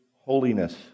holiness